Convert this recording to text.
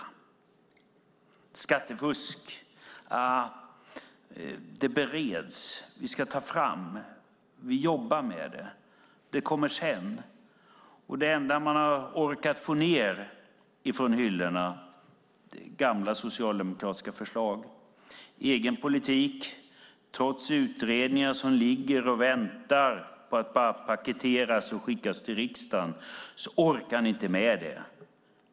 När det gäller skattefusk heter det att frågan bereds, att det ska tas fram, att ni jobbar med frågan och att det kommer sedan. Det enda ni har orkat få ned från hyllorna är gamla socialdemokratiska förslag. Ni orkar inte med en egen politik, trots utredningar som ligger och väntar på att paketeras och skickas till riksdagen.